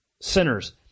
Sinners